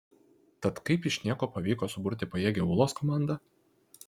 tad kaip iš nieko pavyko suburti pajėgią ūlos komandą